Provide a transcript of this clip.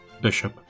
Bishop